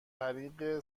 طریق